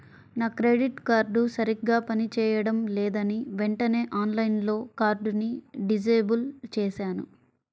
నా credit card సరిగ్గా పని చేయడం లేదని వెంటనే ఆన్లైన్లో కార్డుని డిజేబుల్ చేశాను